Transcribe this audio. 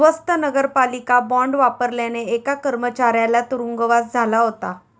स्वत नगरपालिका बॉंड वापरल्याने एका कर्मचाऱ्याला तुरुंगवास झाला होता